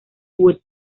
wood